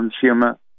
consumer